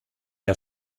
der